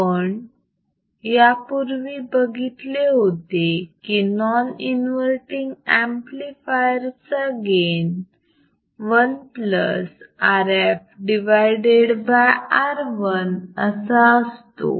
आपण यापूर्वी बघितले होते की नॉन इन्वर्तींग ऍम्प्लिफायर चा गेन 1Rf R1 असा असतो